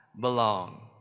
belong